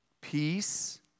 peace